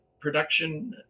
production